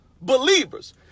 believers